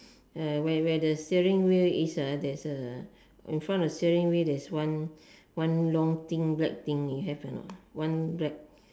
uh where where the steering wheel is ah there's a in front of the steering wheel there's one one long thing black thing you have or not one black